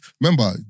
remember